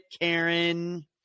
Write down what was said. Karen